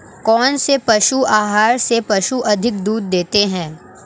कौनसे पशु आहार से पशु अधिक दूध देते हैं?